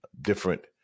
different